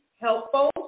helpful